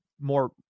more